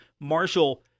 Marshall